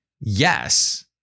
yes